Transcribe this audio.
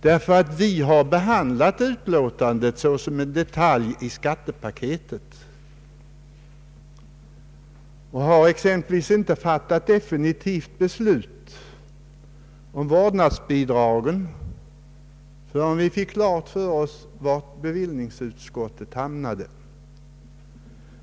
Vi har nämligen behandlat utlåtandet såsom en detalj i skattepaketet och har exempelvis inte fattat definitivt beslut om vårdnadsbidraget förrän vi fick Ang. en reform av beskattningen, m.m. klart för oss var bevillningsutskottet hamnade.